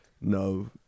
no